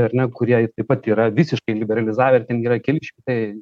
ar ne kurie taip pat yra visiškai liberalizavę ir ten yra keli šimtai